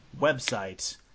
website